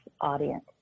audience